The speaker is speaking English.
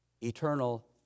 eternal